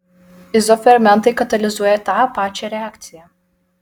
izofermentai katalizuoja tą pačią reakciją